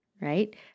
right